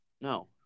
No